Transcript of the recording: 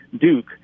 Duke